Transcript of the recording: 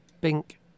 Bink